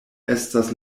estas